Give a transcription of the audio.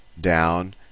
down